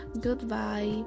Goodbye